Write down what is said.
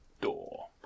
door